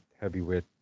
heavyweight